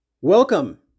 Welcome